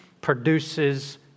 produces